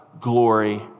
glory